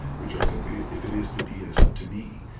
which are simply, if it is to be, it is up to me.